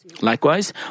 Likewise